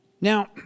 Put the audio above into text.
Now